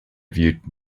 viewed